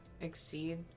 exceed